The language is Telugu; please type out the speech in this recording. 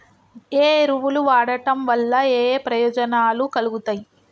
ఏ ఎరువులు వాడటం వల్ల ఏయే ప్రయోజనాలు కలుగుతయి?